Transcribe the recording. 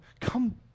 come